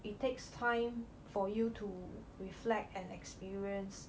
it takes time for you to reflect and experience